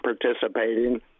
participating